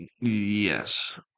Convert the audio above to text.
Yes